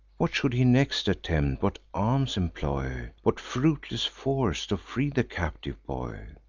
what should he next attempt? what arms employ, what fruitless force, to free the captive boy?